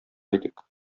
идек